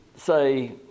say